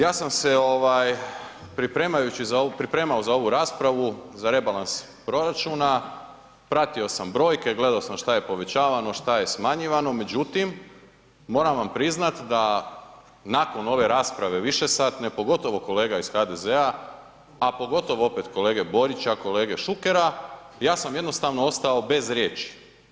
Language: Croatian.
Ja sam se pripremajući za ovu raspravu, za rebalans proračuna pratio sam brojke gledao sam šta je povećavano, šta je smanjivano, međutim moram vam priznati da nakon ove rasprave višesatne pogotovo kolega iz HDZ-a, a pogotovo opet kolege Borića, kolega Šukera ja sam jednostavno ostao bez riječi.